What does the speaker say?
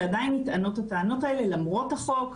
שעדיין נטענות הטענות האלה למרות החוק,